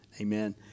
Amen